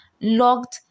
logged